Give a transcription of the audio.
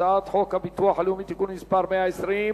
הצעת חוק הביטוח הלאומי (תיקון מס' 120),